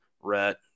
Rhett